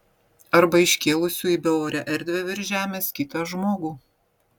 arba iškėlusių į beorę erdvę virš žemės kitą žmogų